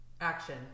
Action